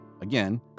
again